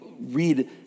read